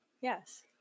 yes